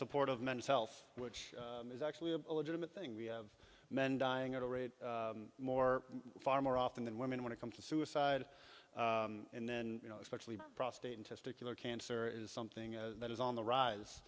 support of men's health which is actually a legitimate thing we have men dying at a rate more far more often than women when it comes to suicide and then you know especially prostate and testicular cancer is something that is on the rise